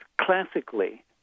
classically